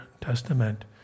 testament